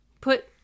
put